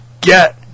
get